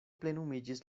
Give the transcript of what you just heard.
plenumiĝis